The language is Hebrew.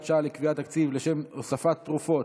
שעה לקביעת תקציב לשם הוספת תרופות,